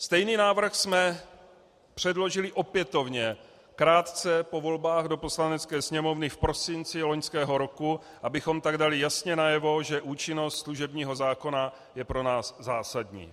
Stejný návrh jsme předložili opětovně krátce po volbách do Poslanecké sněmovny v prosinci loňského roku, abychom tak dali jasně najevo, že účinnost služebního zákona je pro nás zásadní.